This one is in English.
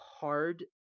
hard